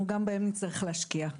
אנחנו נצטרך להשקיע גם בהם.